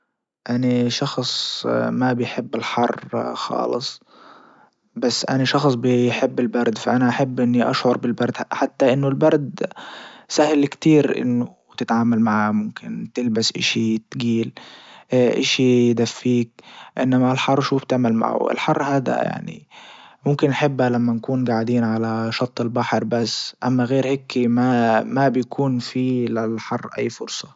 اني شخص ما بحب الحر خالص بس اني شخص بيحب البرد فأني احب اني اشعر بالبرد حتى انه البرد سهل كتير انه تتعامل معاه ممكن تلبس اشي تجيل اشي يدفيك انما الحر و شو بتعمل معه? الحر هادا ممكن نحبها لما نكون جاعدين على شط البحر بس اما غير هيكي ما ما بكون في للحر اي فرصة